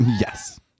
Yes